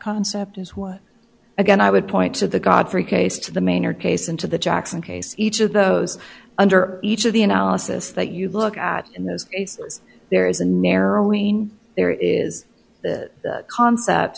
concept is what again i would point to the godfrey case to the manor case and to the jackson case each of those under each of the analysis that you look at in those cases there is a narrowing there is the concept